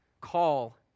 call